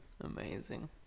Amazing